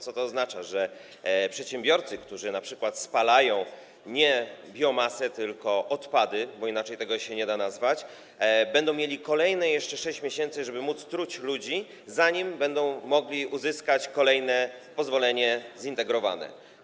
Co to oznacza, że przedsiębiorcy, którzy np. spalają nie biomasę, tylko odpady, bo inaczej tego się nie da nazwać, będą mieli kolejne 6 miesięcy, w czasie których będą mogli truć ludzi, zanim będą mogli uzyskać kolejne pozwolenie zintegrowane?